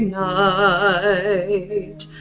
night